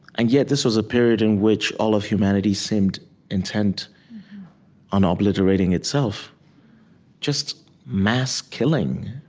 and yet, this was a period in which all of humanity seemed intent on obliterating itself just mass killing